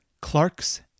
clark's